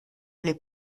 les